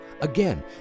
Again